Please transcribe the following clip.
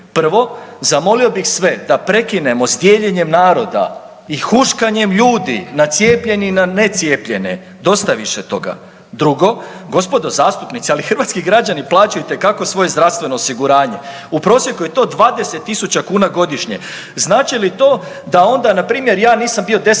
Prvo, zamolio bih sve da prekinemo s dijeljenjem naroda i huškanjem na cijepljenje i ne cijepljene, dosta je više toga. Drugo, gospodo zastupnici, ali hrvatski građani plaćaju itekako svoje zdravstveno osiguranje u prosjeku je to 20.000 kuna godišnje. Znači li to da onda npr. ja nisam bio 10 godina